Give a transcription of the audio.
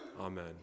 Amen